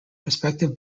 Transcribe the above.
prospective